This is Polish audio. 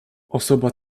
osoba